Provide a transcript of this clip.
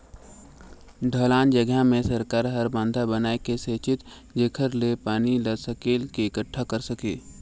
ढलान जघा मे सरकार हर बंधा बनाए के सेचित जेखर ले पानी ल सकेल क एकटठा कर सके